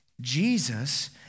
Jesus